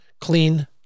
Clean